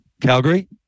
Calgary